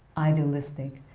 idealistic,